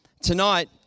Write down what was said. tonight